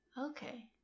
Okay